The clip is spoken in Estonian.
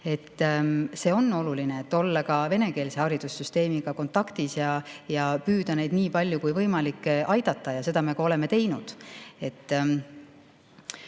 On oluline olla ka venekeelse haridussüsteemiga kontaktis ja püüda neid nii palju kui võimalik aidata, ja seda me ka oleme teinud.